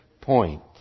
point